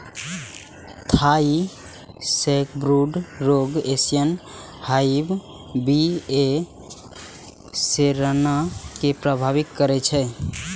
Thai sacbrood रोग Asian hive bee A cerana कें प्रभावित करै छै